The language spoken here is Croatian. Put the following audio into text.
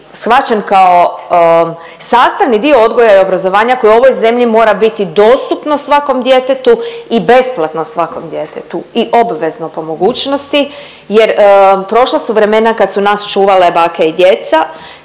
shvaćen kao sastavni dio odgoja i obrazovanja koje u ovoj zemlji mora biti dostupno svakom djetetu i besplatno svakom djetetu i obvezno po mogućnosti jer prošla su vremena kad su nas čuvale bake i djeca,